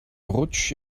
rutsch